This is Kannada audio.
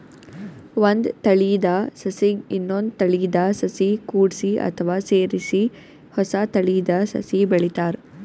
ಒಂದ್ ತಳೀದ ಸಸಿಗ್ ಇನ್ನೊಂದ್ ತಳೀದ ಸಸಿ ಕೂಡ್ಸಿ ಅಥವಾ ಸೇರಿಸಿ ಹೊಸ ತಳೀದ ಸಸಿ ಬೆಳಿತಾರ್